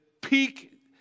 peak